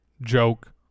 joke